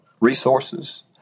resources